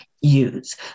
use